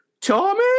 Tommy